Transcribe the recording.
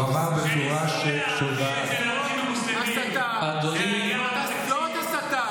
זאת הסתה, זאת הסתה.